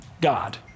God